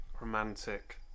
Romantic